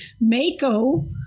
Mako